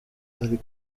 ari